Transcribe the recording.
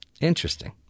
Interesting